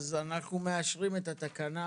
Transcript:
אז אנחנו מאשרים את התקנה